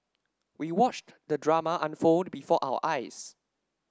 we watched the drama unfold before our eyes